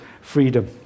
freedom